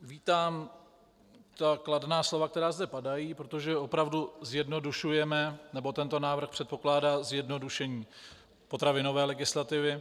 Vítám ta kladná slova, která zde padají, protože opravdu zjednodušujeme nebo tento návrh předpokládá zjednodušení potravinové legislativy.